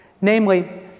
namely